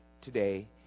today